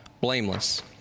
blameless